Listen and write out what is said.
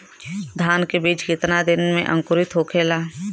धान के बिज कितना दिन में अंकुरित होखेला?